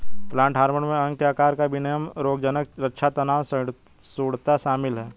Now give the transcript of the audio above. plant hormone में अंग के आकार का विनियमन रोगज़नक़ रक्षा तनाव सहिष्णुता शामिल है